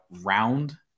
round